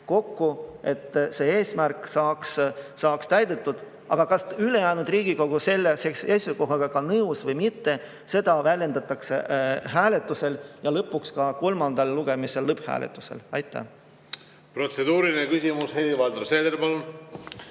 et see eesmärk saaks täidetud. Kas ülejäänud Riigikogu on selle seisukohaga nõus või mitte, seda väljendatakse hääletusel ja lõpuks ka kolmandal lugemisel lõpphääletusel. Aitäh!